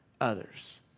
others